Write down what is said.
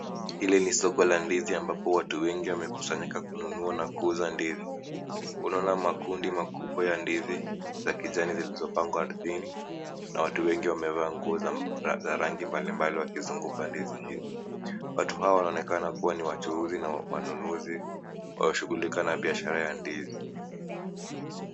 Hili ni soko la ndizi ambapo watu wengi wamekusanyika kununua na kuuza ndizi. Unaona makundi makubwa ya ndizi ya kijani zilizopangwa ardhini, na watu wengi wamevaa nguo za rangi mbali mbali wakizunguka ndizi hizi. Watu hawa wanaonekana kuwa ni wachuuzi na wanunuzi wanaoshughulika na biashara ya ndizi.